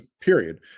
Period